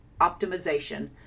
optimization